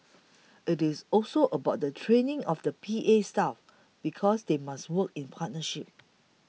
it's also about the training of the P A staff because they must work in partnership